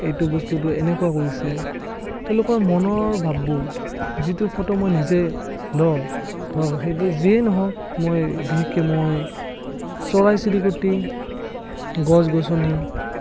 এইটো বস্তুটোৱে এনেকুৱা কৰিছে তেওঁলোকৰ মনৰ ভাৱবোৰ যিটো ফটো মই নিজে লওঁ ধৰক সেইটো যিয়েই নহওক মই বিশেষকে মই চৰাই চিৰিকটি গছ গছনি